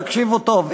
תקשיבו טוב,